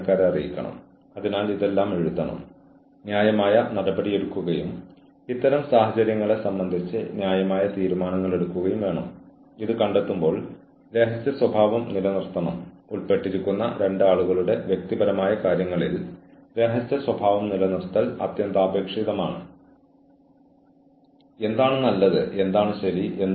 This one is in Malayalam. ജീവനക്കാരെ അച്ചടക്കമാക്കുന്നതിനെക്കുറിച്ച് സംസാരിക്കുമ്പോൾ സ്ഥാപനത്തിലെ ജീവനക്കാരുടെ മേൽ ഹ്യൂമൻ റിസോഴ്സ് ഉദ്യോഗസ്ഥർ എന്ന നിലയിൽ നമുക്കുള്ള അധികാരത്തെക്കുറിച്ചാണ് നമ്മൾ സംസാരിക്കുന്നത്